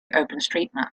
openstreetmap